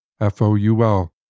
f-o-u-l